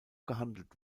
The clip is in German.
gehandelt